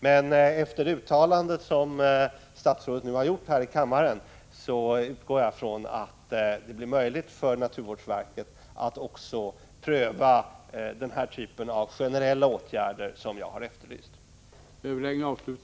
Men efter det uttalande som statsrådet nu har gjort här i kammaren utgår jag ifrån att det blir möjligt för naturvårdsverket att också pröva den typ av generella åtgärder som jag har efterlyst.